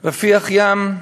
רפיח-ים,